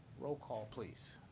roll call, please.